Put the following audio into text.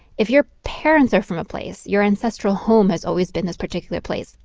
if your parents are from a place, your ancestral home has always been this particular place.